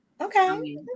Okay